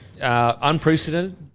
Unprecedented